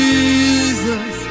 Jesus